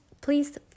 please